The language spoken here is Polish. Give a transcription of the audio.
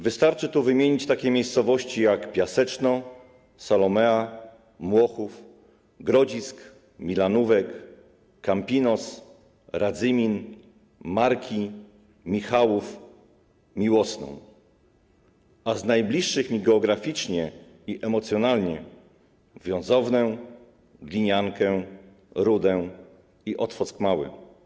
Wystarczy tu wymienić takie miejscowości, jak Piaseczno, Salomea, Młochów, Grodzisk, Milanówek, Kampinos, Radzymin, Marki, Michałów, Miłosną, a z najbliższych mi geograficznie i emocjonalnie Wiązownę, Gliniankę, Rudę i Otwock Mały.